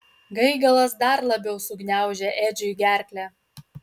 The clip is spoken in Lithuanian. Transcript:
gaigalas dar labiau sugniaužė edžiui gerklę